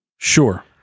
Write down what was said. Sure